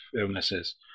illnesses